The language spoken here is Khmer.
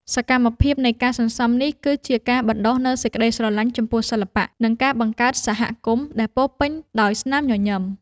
សកម្មភាពនៃការសន្សំនេះ គឺជាការបណ្ដុះនូវសេចក្ដីស្រឡាញ់ចំពោះសិល្បៈ និងការបង្កើតសហគមន៍ដែលពោរពេញដោយស្នាមញញឹម។